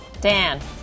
Dan